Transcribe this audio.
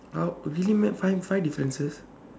how really meh five five differences